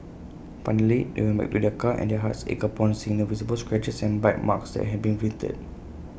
finally they went back to their car and their hearts ached upon seeing the visible scratches and bite marks that had been inflicted